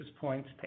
points